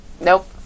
Nope